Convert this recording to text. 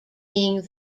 being